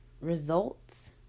results